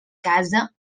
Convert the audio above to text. casa